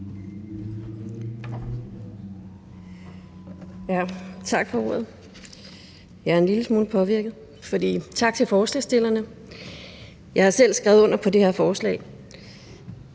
Tak for ordet, og tak til forslagsstillerne. Jeg har selv skrevet under på det her forslag,